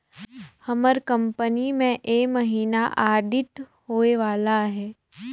हमर कंपनी में ए महिना आडिट होए वाला अहे